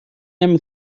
نمی